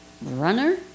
runner